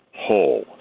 whole